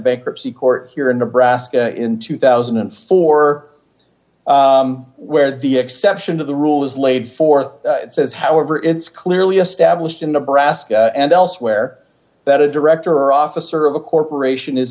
bankruptcy court here in nebraska in two thousand and four where the exception to the rule is laid forth it says however it's clearly established in nebraska and elsewhere that a director officer of a corporation is